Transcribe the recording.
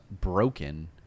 broken